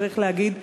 צריך להגיד,